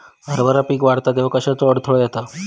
हरभरा पीक वाढता तेव्हा कश्याचो अडथलो येता?